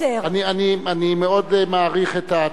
אני מאוד מעריך את ההצעה,